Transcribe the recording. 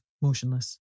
motionless